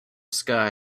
sky